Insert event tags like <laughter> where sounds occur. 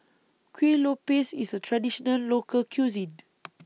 Kuih Lopes IS A Traditional Local Cuisine <noise>